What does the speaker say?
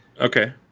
Okay